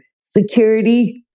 security